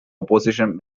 opposition